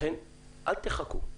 לכן אל תחכו.